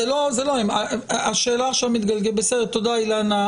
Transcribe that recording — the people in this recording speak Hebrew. תודה, אילנה.